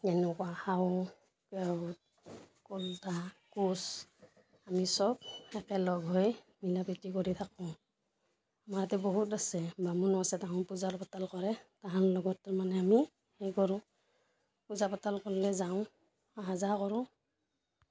এনেকুৱা খাউণ্ড কলিতা কোচ আমি চব একেলগ হৈ মিলাপ্ৰীতি কৰি থাকোঁ আমাৰ ইয়াতে বহুত আছে বামুণো আছে তাহোন পূজা পাতাল কৰে তাহান লগত মানে আমি সেই কৰোঁ পূজা পাতাল কৰিলে যাওঁ আহা যাহ কৰোঁ